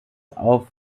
auf